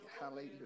Hallelujah